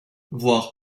voir